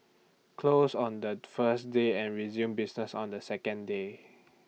closed on that first day and resumes business on the second day